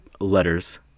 letters